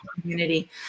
community